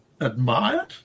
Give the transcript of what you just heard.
admired